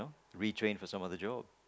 retrain for some other job